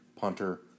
punter